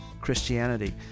Christianity